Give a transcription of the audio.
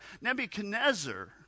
Nebuchadnezzar